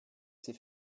ses